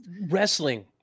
Wrestling